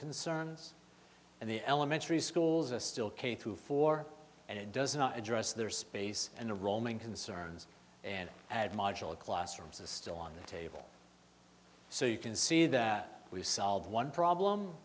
concerns and the elementary schools are still k through four and it does not address their space and the roaming concerns and add modular classrooms is still on the table so you can see that we've solved one problem